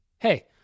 Hey